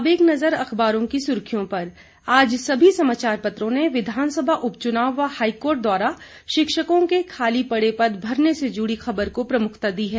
अब एक नजर अखबारों की सुर्खियों पर आज सभी समाचार पत्रों ने विधानसभा उपचुनाव व हाईकोर्ट द्वारा शिक्षकों के खाली पड़े पद भरने से जुड़ी ख़बर को प्रमुखता दी है